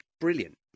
brilliant